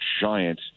giant